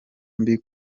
mbi